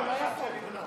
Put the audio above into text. רק אחת שמית.